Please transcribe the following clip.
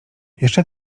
jeszcze